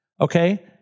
Okay